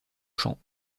chant